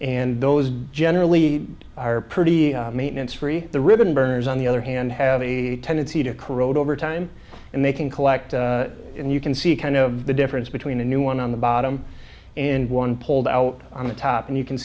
and those generally are pretty high maintenance free the ribbon burns on the other hand have a tendency to corrode over time and they can collect and you can see kind of the difference between a new one on the bottom and one pulled out on the top and you can